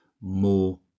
more